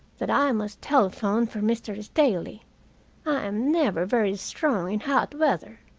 that i must telephone for mr. staley, i am never very strong in hot weather.